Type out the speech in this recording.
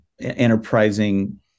enterprising